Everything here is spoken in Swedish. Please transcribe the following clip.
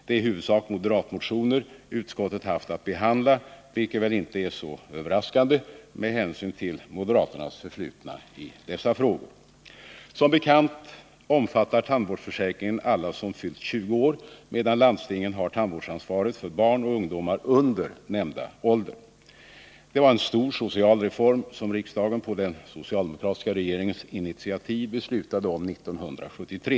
Det är i huvudsak moderatmotioner utskottet haft att behandla, vilket väl inte är så överraskande med hänsyn till moderaternas förflutna i dessa frågor. Som bekant omfattar tandvårdsförsäkringen alla som fyllt 20 år, medan landstingen har tandvårdsansvaret för barn och ungdom under nämnda ålder. Det var en stor social reform som riksdagen på den socialdemokratiska regeringens initiativ beslutade om 1973.